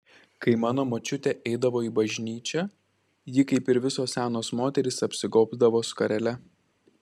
kai mano močiutė eidavo į bažnyčią ji kaip ir visos senos moterys apsigobdavo skarele